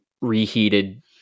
reheated